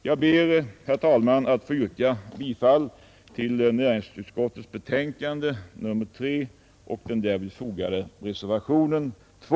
Jag ber, herr talman, att få yrka bifall till den vid punkten 9 i näringsutskottets betänkande nr 3 fogade reservationen 2.